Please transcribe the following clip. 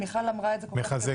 מיכל אמרה את זה כל כך יפה.